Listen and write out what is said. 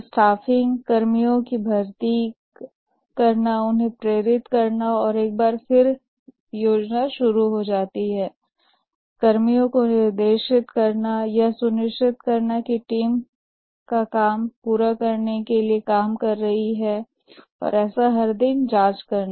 staffing कर्मियों को भर्ती करें उन्हें प्रेरित करें और एक बार जब परियोजना शुरू हो जाए कर्मियों को निर्देशित करें और यह सुनिश्चित करें कि टीम काम पूरा करने के लिए काम करती है ऐसा है हर दिन करें